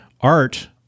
art